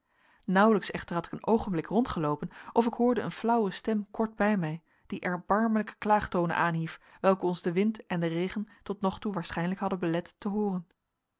nauwelijks echter had ik een oogenblik rondgeloopen of ik hoorde een flauwe stem kort bij mij die erbarmelijke klaagtonen aanhief welke ons de wind en de regen tot nog toe waarschijnlijk hadden belet te hooren